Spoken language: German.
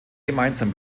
gemeinsam